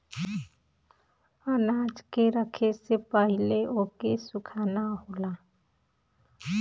अनाज के रखे से पहिले ओके सुखाना होला